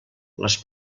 les